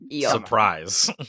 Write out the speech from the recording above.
surprise